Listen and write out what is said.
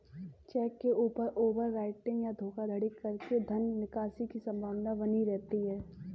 check के ऊपर overwriting या धोखाधड़ी करके धन निकासी की संभावना बनी रहती है